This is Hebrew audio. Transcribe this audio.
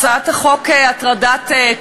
הצעת חוק למניעת הטרדה מינית (תיקון,